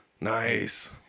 Nice